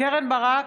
קרן ברק,